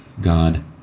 God